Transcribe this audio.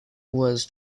was